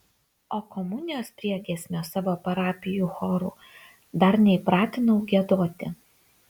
o komunijos priegiesmio savo parapijų chorų dar neįpratinau giedoti